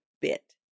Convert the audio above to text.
bit